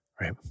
right